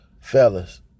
Fellas